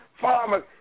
farmers